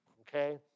okay